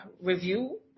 review